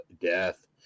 death